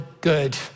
good